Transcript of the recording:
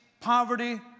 poverty